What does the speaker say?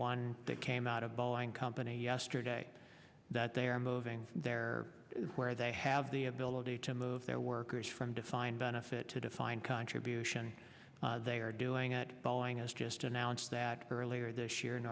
one that came out of boeing company yesterday that they are moving there where they have the ability to move their workers from defined benefit to defined contribution they are doing at boeing has just announced that earlier this year